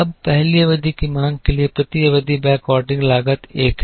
अब पहली अवधि की मांग के लिए प्रति अवधि बैकऑर्डरिंग लागत एक है